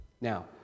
Now